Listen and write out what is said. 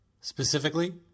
Specifically